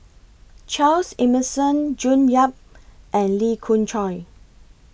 Charles Emmerson June Yap and Lee Khoon Choy